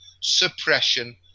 suppression